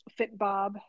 Fitbob